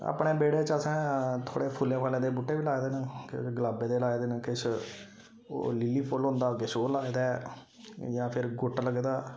अपने बेह्ड़े च असें थोह्ड़े फुल्लें फाल्लें दे बहूटे बी लाए दे न किश गलाबें दे लाए दे न किश ओह् लिली फुल्ल होंदा किश ओह् लाए दा ऐ जां फिर गुट्ट लगदा ऐ